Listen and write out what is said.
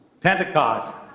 Pentecost